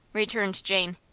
returned jane.